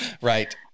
Right